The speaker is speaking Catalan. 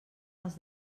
els